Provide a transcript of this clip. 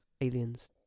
aliens